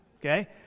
Okay